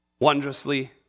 Wondrously